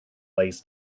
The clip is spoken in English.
lays